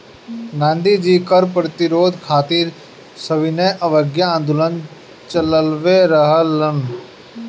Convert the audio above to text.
गांधी जी कर प्रतिरोध खातिर सविनय अवज्ञा आन्दोलन चालवले रहलन